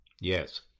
Yes